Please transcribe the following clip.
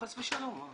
חס ושלום.